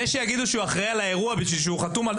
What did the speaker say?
אומרים שהוא אחראי על האירוע כי הוא חתום?